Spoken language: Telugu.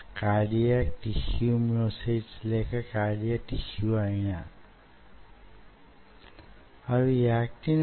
కాల క్రమంలో యీ మ్యో ట్యూబ్ లు అవి రూపొందే క్రమంలో సంకోచానికి గురవుతాయి